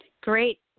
Great